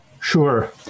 Sure